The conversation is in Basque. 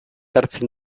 hartzen